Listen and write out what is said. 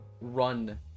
run